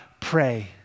pray